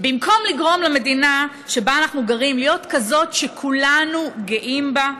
במקום לגרום למדינה שבה אנו גרים להיות כזאת שכולנו גאים בה,